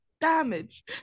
damage